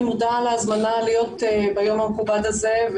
אני מודה על ההזמנה להיות ביום המכובד הזה,